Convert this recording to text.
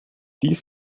dies